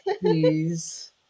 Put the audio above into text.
please